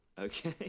Okay